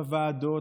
בוועדות,